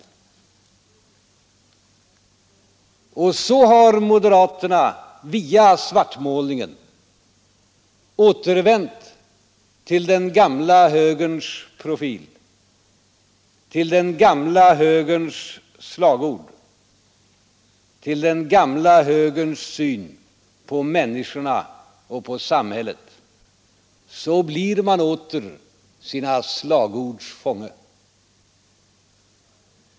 Så har då moderaterna via svartmålningen återvänt till den gamla högerns profil, till den gamla högerns slagord, till den gamla högerns syn på människorna och på samhället. Så blir man åter sina slagords fånge.